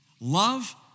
Love